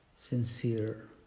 Sincere